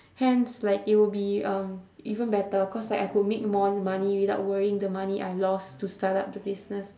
hence like it would be um even better because like I could make more money without worrying the money I lost to start up the business